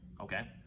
Okay